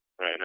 Right